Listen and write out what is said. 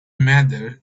matter